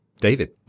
david